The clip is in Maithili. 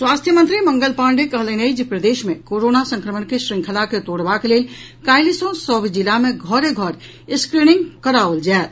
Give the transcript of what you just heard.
स्वास्थ्य मंत्री मंगल पांडेय कहलनि अछि जे प्रदेश मे कोरोना संक्रमण के श्रृंखला के तोड़बाक लेल काल्हि सॅ सभ जिला मे घरे घर स्क्रीनिंग कराओल जायत